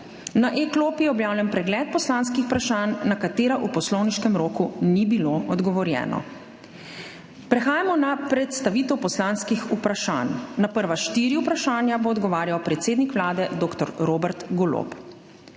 Na e-klopi je objavljen pregled poslanskih vprašanj, na katera v poslovniškem roku ni bilo odgovorjeno. Prehajamo na predstavitev poslanskih vprašanj. Na prva štiri vprašanja bo odgovarjal predsednik Vlade dr. Robert Golob.